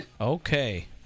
Okay